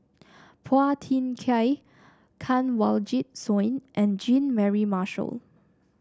Phua Thin Kiay Kanwaljit Soin and Jean Mary Marshall